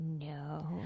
no